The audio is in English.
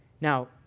Now